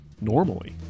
normally